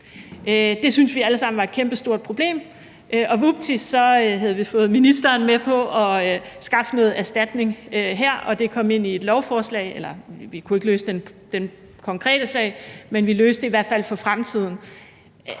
Det syntes vi alle sammen var et kæmpestort problem, og vupti, så havde vi fået ministeren med på at skaffe noget erstatning her, og det kom ind i et lovforslag, eller det vil sige, at vi ikke kunne løse den konkrete sag, men vi løste det i hvert fald for fremtiden.